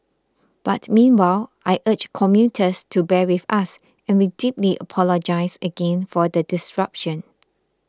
but meanwhile I urge commuters to bear with us and we deeply apologise again for the disruption